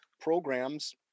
programs